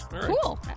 Cool